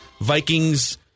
Vikings